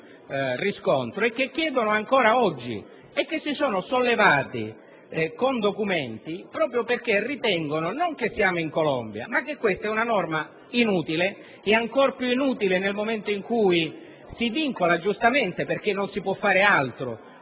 riscontro e che chiedono ancora oggi; essi hanno presentato appositi documenti proprio perché ritengono non che siamo in Colombia, ma che questa sia una norma inutile e ancor più inutile nel momento in cui si vincola - giustamente, perché non si può fare altro